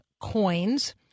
coins